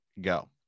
go